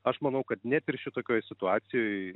aš manau kad net ir šitokioj situacijoj